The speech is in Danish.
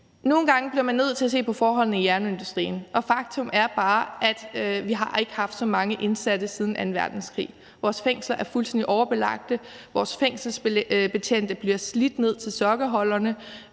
Nogle gange bliver man nødt til at se på forholdene i jernindustrien, og faktum er bare, at vi ikke har haft så mange indsatte siden anden verdenskrig. Vores fængsler er fuldstændig overbelagte. Vores fængselsbetjente bliver slidt ned til sokkeholderne.